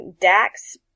Dax